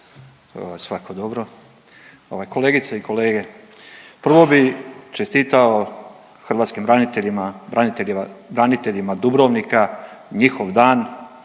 Svako dobro. Kolegice i kolege. Prvo bi čestitao Hrvatskim braniteljima, braniteljima Dubrovnika njihov dan,